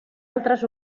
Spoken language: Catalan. altres